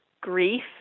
grief